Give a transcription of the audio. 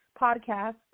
Podcast